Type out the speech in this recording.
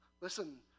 Listen